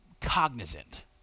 cognizant